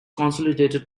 consolidated